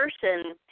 person